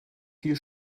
viel